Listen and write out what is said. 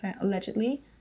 allegedly